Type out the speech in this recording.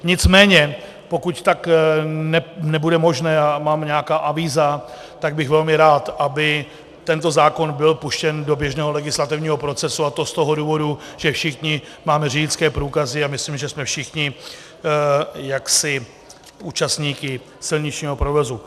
Nicméně pokud tak nebude možné, a mám nějaká avíza, tak bych velmi rád, aby tento zákon byl puštěn do běžného legislativního procesu, a to z toho důvodu, že všichni máme řidičské průkazy, a myslím, že jsme všichni jaksi účastníky silničního provozu.